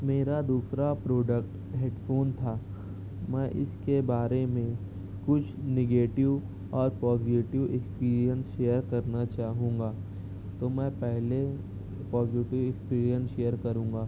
میرا دوسرا product headphone تھا میں اس کے بارے میں کچھ نگیٹیو اور پوزیٹیو اکسپیرئنس شیئر کرنا چاہوں گا تو میں پہلے پوزیٹیو اکسپیرئنس شیئر کروں گا